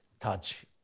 touch